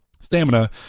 stamina